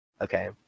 okay